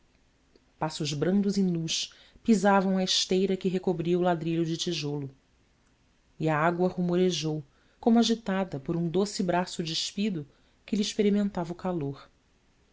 azuis passos brandos e nus pisavam a esteira que recobria o ladrilho de tijolo e a água rumorejou como agitada por um doce braço despido que lhe experimentava o calor